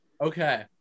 Okay